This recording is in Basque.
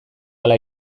hala